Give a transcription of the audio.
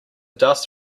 dust